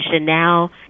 now